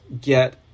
get